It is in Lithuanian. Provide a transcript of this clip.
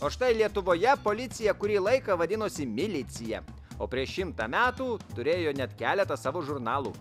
o štai lietuvoje policija kurį laiką vadinosi milicija o prieš šimtą metų turėjo net keletą savo žurnalų